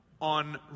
on